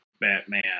batman